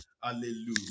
Hallelujah